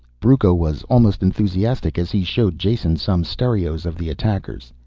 brucco was almost enthusiastic as he showed jason some stereos of the attackers.